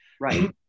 Right